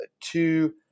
two